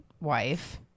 wife